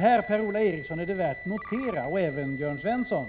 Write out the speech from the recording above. Här, Per-Ola Eriksson och Jörn Svensson, är det värt att notera